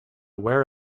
wear